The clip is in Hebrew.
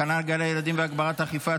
החלה על גני ילדים והגברת האכיפה),